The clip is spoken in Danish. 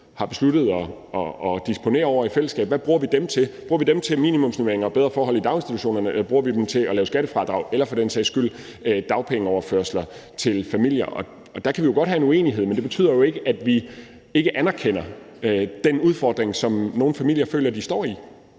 har besluttet at disponere over i fællesskab, til. Bruger vi dem til minimumsnormeringer og bedre forhold i daginstitutionerne, eller bruger vi dem til at lave skattefradrag eller for den sags skyld dagpengeoverførsler til familier? Og der kan vi godt have en uenighed, men det betyder jo ikke, at vi ikke anerkender den udfordring, som nogle familier føler de står